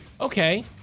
Okay